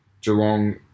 Geelong